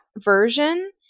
version